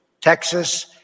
Texas